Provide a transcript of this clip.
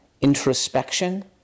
introspection